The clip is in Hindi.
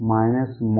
E